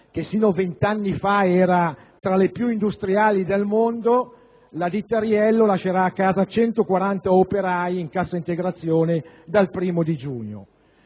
che sino a vent'anni fa era tra le più industriali del mondo, la ditta Riello lascerà a casa 140 operai in cassa integrazione dal 1° giugno.